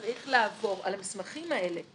צריך לעבור על המסמכים האלה.